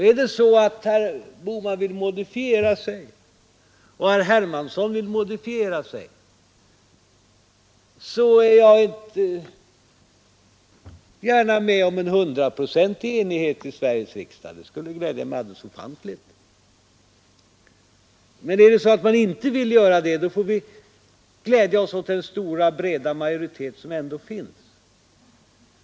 Är det så att herr Bohman och herr Hermansson vill modifiera sina uttalanden är jag gärna med om att det blir en hundraprocentig enighet i Sveriges riksdag — det skulle glädja mig alldeles ofantligt! Men om man inte vill göra det, får vi väl glädja oss åt den stora, breda majoritet som ändå finns.